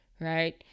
right